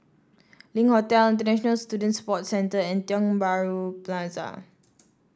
Link Hotel International Student Support Centre and Tiong Bahru Plaza